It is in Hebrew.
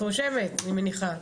את רושמת אני מניחה,